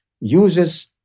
uses